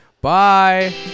Bye